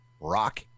rock